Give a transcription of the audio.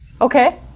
Okay